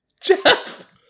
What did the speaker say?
Jeff